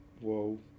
Whoa